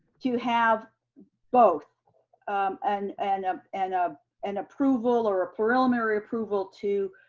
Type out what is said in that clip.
to have both an and um and ah and approval or a preliminary approval to